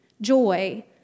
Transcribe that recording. joy